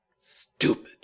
Stupid